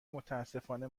متأسفانه